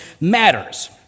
matters